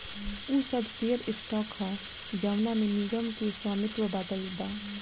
उ सब share stock ह जवना में निगम के स्वामित्व बाटल बा